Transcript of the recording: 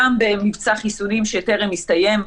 גם במבצע חיסונים שטרם הסתיים,